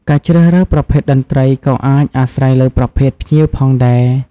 ការជ្រើសរើសប្រភេទតន្ត្រីក៏អាស្រ័យលើប្រភេទភ្ញៀវផងដែរ។